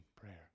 prayer